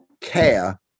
care